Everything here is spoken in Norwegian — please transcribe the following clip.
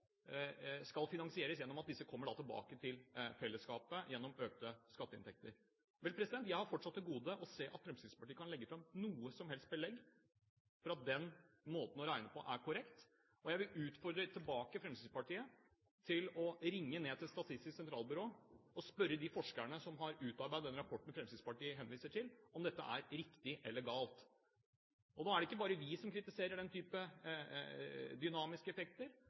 skal finansieres ved at disse kommer tilbake til fellesskapet gjennom økte skatteinntekter. Vel, jeg har fortsatt til gode å se at Fremskrittspartiet har noe som helst belegg for at den måten å regne på er korrekt. Jeg vil oppfordre Fremskrittspartiet til å ringe til Statistisk sentralbyrå og spørre de forskerne som har utarbeidet rapporten som Fremskrittspartiet henviser til, om dette er riktig eller galt. Nå er det ikke bare vi som kritiserer den type dynamiske effekter.